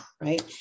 right